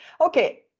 Okay